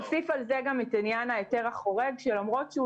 נוסיף על זה גם את עניין ההיתר החורג שלמרות שהוא